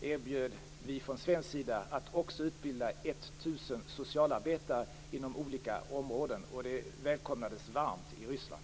erbjöd vi oss från svensk sida att också utbilda 1 000 socialarbetare inom olika områden, och det välkomnades varmt i Ryssland.